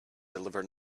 deliver